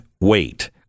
wait